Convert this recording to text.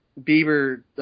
Bieber